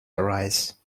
arise